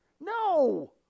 No